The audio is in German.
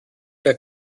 der